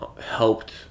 helped